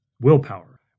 willpower